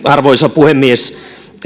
arvoisa puhemies